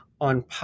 on